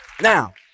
Now